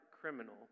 criminal